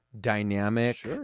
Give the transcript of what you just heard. dynamic